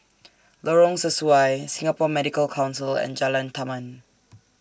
Lorong Sesuai Singapore Medical Council and Jalan Taman